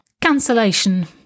Cancellation